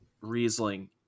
Riesling